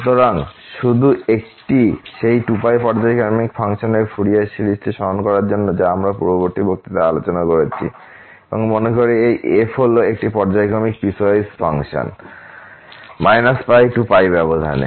সুতরাং শুধু একটি সেই 2π পর্যায়ক্রমিক ফাংশনের ফুরিয়ার সিরিজটি স্মরণ করার জন্য যা আমরা পূর্ববর্তী বক্তৃতায় আলোচনা করেছি এবং মনে করি এই f হল একটি পর্যায়ক্রমিক পিসওয়াইস ফাংশন π π ব্যাবধানে